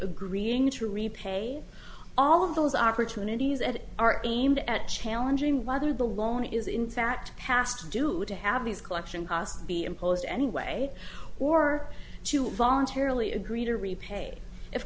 agreeing to repay all of those opportunities that are aimed at challenging whether the loan is in fact past due to have these collection costs be imposed anyway or to voluntarily agree to repay if